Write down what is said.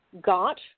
got